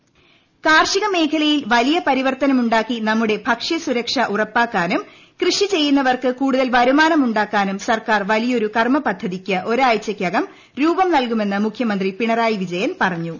കാർഷിക മേഖല കാർഷിക മേഖലയിൽ വലിയ പരിവർത്തനമുണ്ടാക്കി നമ്മുടെ ഭക്ഷ്യസൂരക്ഷ ഉറപ്പാക്കാനും കൃഷി ചെയ്യുന്നവർക്ക് കൂടുതൽ വരുമാനമുണ്ടാക്കാനും സർക്കാർ വലിയൊരു കർമ പദ്ധതിക്ക് ഒരാഴ്ചയ്ക്കകം രൂപം നൽകുമെന്ന് മുഖ്യമന്ത്രി പിണറായി വിജയൻ പറഞ്ഞു